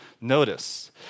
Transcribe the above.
notice